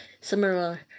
similar